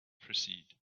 proceed